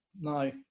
No